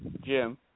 Jim